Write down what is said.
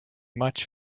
much